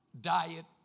Diet